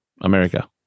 America